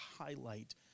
highlight